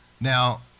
now